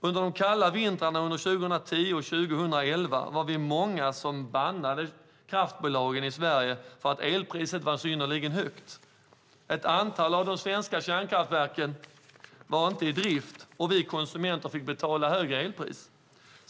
Under de kalla vintrarna 2010 och 2011 var vi många som bannade kraftbolagen i Sverige för att elpriset var synnerligen högt. Ett antal av de svenska kärnkraftverken var inte i drift, och vi konsumenter fick betala högre elpris.